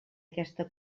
aquesta